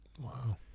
Wow